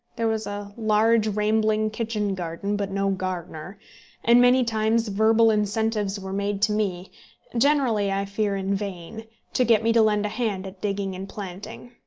there was a large rambling kitchen-garden, but no gardener and many times verbal incentives were made to me generally, i fear, in vain to get me to lend a hand at digging and planting.